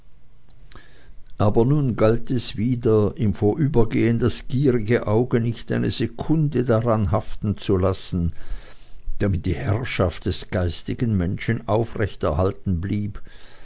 aber nun galt es wieder im vorübergehen das gierige auge nicht eine sekunde daran haften zu lassen damit die herrschaft des geistigen menschen aufrechterhalten blieb